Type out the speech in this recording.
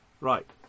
right